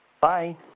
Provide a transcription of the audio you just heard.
Bye